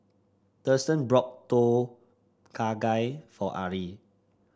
Thurston brought Tom Kha Gai for Arrie